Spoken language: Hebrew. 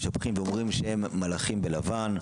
משבחים ואומרים שהם מלאכים בלבן,